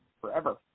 forever